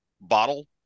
bottle